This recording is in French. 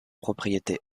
propriétés